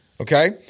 Okay